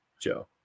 Joe